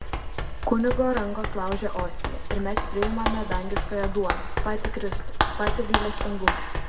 kunigo rankos laužia ostiją ir mes priimame dangiškąją duoną patį kristų patį gailestingumą